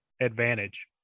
advantage